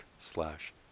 slash